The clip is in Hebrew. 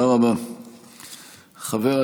את הערך המוסף לעולם היהודי אך גם תורמים לחברה